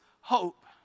hope